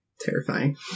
Terrifying